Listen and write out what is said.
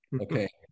Okay